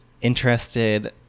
interested